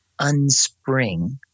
unspring